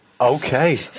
Okay